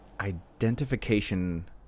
identification